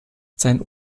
sein